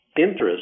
interest